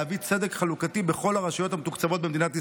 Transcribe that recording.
להביא צדק חלוקתי בכל הרשויות המתוקצבות במדינת ישראל,